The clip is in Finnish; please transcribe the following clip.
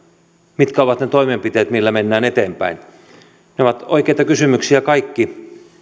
mitkä ovat ne toimenpiteet millä mennään eteenpäin nämä ovat oikeita kysymyksiä kaikki